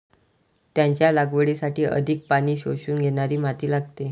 त्याच्या लागवडीसाठी अधिक पाणी शोषून घेणारी माती लागते